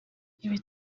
ibi